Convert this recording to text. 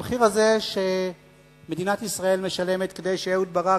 המחיר הזה שמדינת ישראל משלמת כדי שאהוד ברק